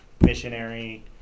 missionary